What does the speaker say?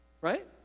Right